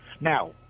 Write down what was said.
now